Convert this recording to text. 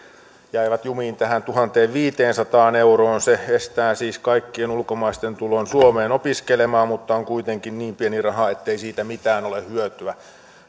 jäivät jumiin tähän tuhanteenviiteensataan euroon se estää siis kaikkien ulkomaisten tulon suomeen opiskelemaan mutta on kuitenkin niin pieni raha ettei siitä mitään ole hyötyä